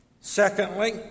Secondly